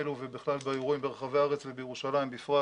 האלה ובכלל באירועים ברחבי הארץ ובירושלים בפרט,